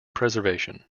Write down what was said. preservation